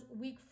week